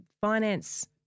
finance